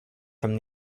from